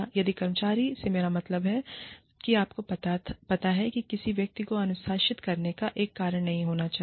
यदि कर्मचारी से मेरा मतलब है कि आपको पता है कि किसी व्यक्ति को अनुशासित करने का एक कारण नहीं होना चाहिए